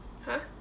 !huh!